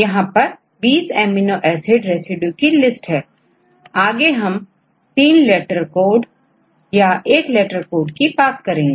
यहां 20 amino acid residue की list है किनारे में3 लेटर कोड या 1 लेटर कोड दिए हैं